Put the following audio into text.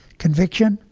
conviction,